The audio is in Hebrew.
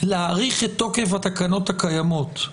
להאריך את תוקף התקנות הקיימות,